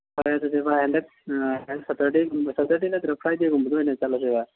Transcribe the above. ꯍꯣꯏ ꯑꯗꯨꯗꯤ ꯚꯥꯏ ꯍꯟꯗꯛ ꯁꯦꯇꯔꯗꯦꯒꯨꯝꯕ ꯁꯦꯇꯔꯗꯦ ꯅꯠꯇꯔꯒ ꯐ꯭ꯔꯤꯗꯦꯒꯨꯝꯕꯗ ꯑꯣꯏꯅ ꯆꯠꯂꯁꯦ ꯚꯥꯏ